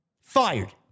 Fired